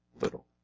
little